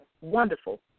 Wonderful